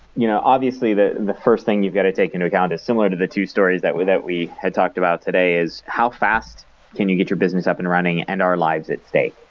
you know obviously, the the first thing you've got to take into account is similar to the stories that we that we had talked about today is how fast can you get your business up and running, and are lives at stake?